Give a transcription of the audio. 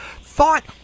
thought